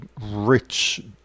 rich